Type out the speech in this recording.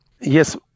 yes